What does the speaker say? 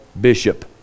bishop